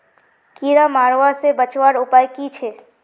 कीड़ा लगवा से बचवार उपाय की छे?